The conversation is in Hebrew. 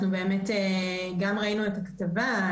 אנחנו באמת גם ראינו את הכתבה,